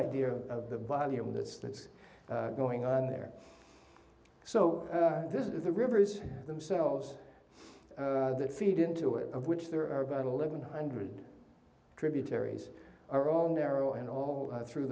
idea of the body and that's that's going on there so this is the rivers themselves that feed into it of which there are about eleven hundred tributaries are all narrow and all through